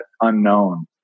unknown